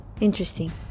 Interesting